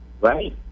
right